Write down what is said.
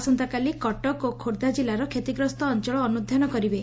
ଆସନ୍ତାକାଲି କଟକ ଓ ଖୋର୍ବ୍ଧା କିଲ୍ଲାର କ୍ଷତିଗ୍ରସ୍ତ ଅଞ୍ଞଳ ଅନୁଧ୍ୟାନ କରିବେ